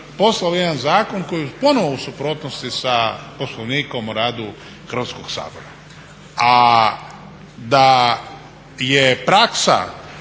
poslao jedan zakon koji je ponovno u suprotnosti sa Poslovnikom o radu Hrvatskog sabora? A da je praksa